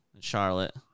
Charlotte